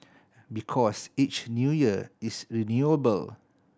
because each New Year is renewable